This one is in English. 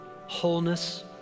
wholeness